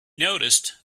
noticed